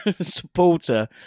supporter